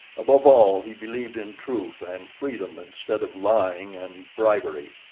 above all, he believed in truth and freedom instead of lying and bribery.